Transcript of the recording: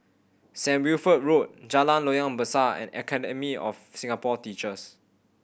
Saint Wilfred Road Jalan Loyang Besar and Academy of Singapore Teachers